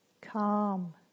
calm